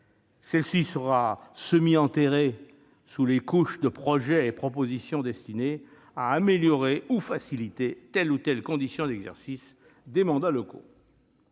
Celle-ci sera semi-enterrée sous les couches de projets et propositions destinés à « améliorer » ou « faciliter » telle ou telle « condition d'exercice des mandats locaux